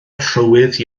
trywydd